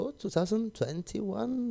2021